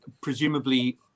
presumably